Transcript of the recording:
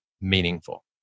meaningful